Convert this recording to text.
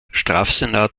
strafsenat